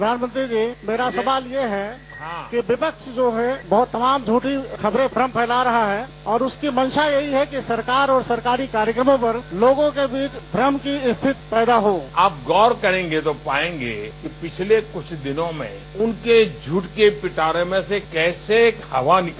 प्रधानमंत्री जी से मेरा सवाल ये है कि विपक्ष जो है बहुत तमाम झूठी खबरे फैला रहा है और उसकी मंशा में ही है कि सरकार और सरकारी कार्यक्रमों पर लोगों के बीच भ्रम की स्थिति पैदा हो आप गौर करेंगे तो पायेंगे कि पिछले कुछ दिनों में उनके झूठ के पिटारे में से कैसे एक हवा निकली